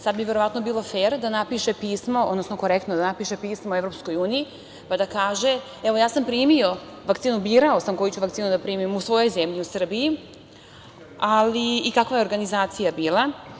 Sad bi verovatno bilo fer da napiše pismo, odnosno korektno da napiše pismo Evropskoj uniji, pa da kaže – evo, ja sam primio vakcinu, birao sam koju ću vakcinu da primim u svojoj zemlji u Srbiji, ali i kakva je organizacija bila.